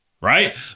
right